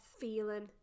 feeling